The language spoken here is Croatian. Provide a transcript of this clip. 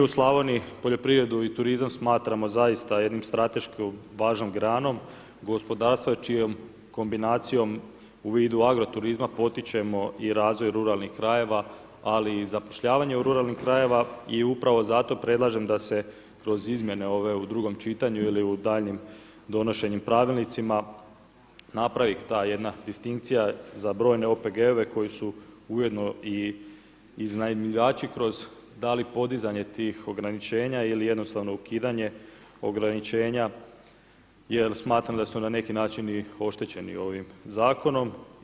Mi u Slavoniji poljoprivredu i turizam smatramo zaista jednim staleško važnom granom, gospodarstva čijom kombinacijom u vidu agro turizma potičemo i razvoj ruralnih krajeva, ali i zapošljavanje u ruralnim krajeva i upravo zato predlažem da se kroz izmjene ove u drugom čitanju ili u duljenjem donošenju pravilnicima, napravi ta jedna distinkcija za brojne OPG-ove koji su ujedno i iznajmljivači, kroz, da li podizanje tih ograničenja ili jednostavno ukidanje ograničena, jer smatram da su na neki način oštećeni ovim zakonom.